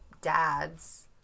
dads